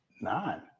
nine